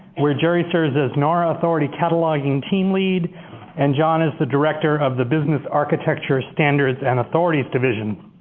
where jerry serves as nara authority cataloging team lead and john is the director of the business architecture standards, and authorities division.